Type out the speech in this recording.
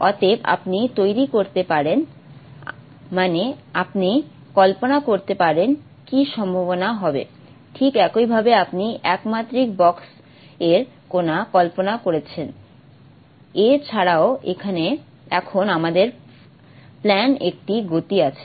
অতএব আপনি তৈরি করতে পারেন মানে আপনি কল্পনা করতে পারেন কি সম্ভাবনা হবে ঠিক একইভাবে আপনি এক মাত্রিক বক্স এর কণা কল্পনা করেছেন এ ছাড়াও এখন আমাদের প্লেনে একটি গতি আছে